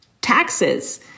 Taxes